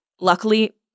Luckily